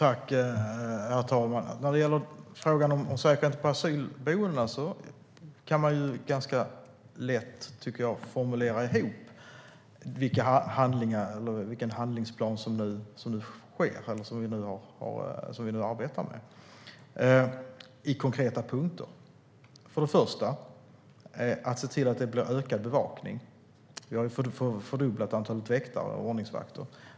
Herr talman! När det gäller säkerheten på asylboendena kan man ganska lätt formulera vilken handlingsplan som vi nu arbetar med i konkreta punkter. För det första gäller det att se till att det blir ökad bevakning. Vi har fördubblat antalet väktare och ordningsvakter.